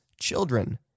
Children